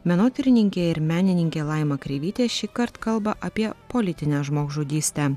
menotyrininkė ir menininkė laima kreivytė šįkart kalba apie politinę žmogžudystę